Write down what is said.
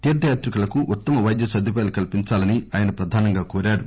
తీర్ణయాత్రికులకు ఉత్తమ వైద్య సదుపాయాలు కల్పించాలని ఆయన ప్రధానంగా కోరారు